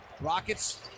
Rockets